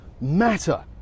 matter